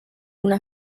una